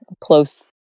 close